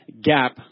gap